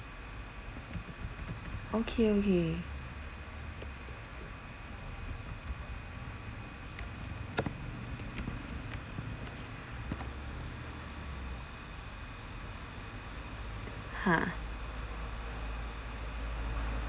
okay okay ha